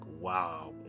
wow